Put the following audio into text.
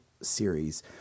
series